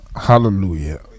Hallelujah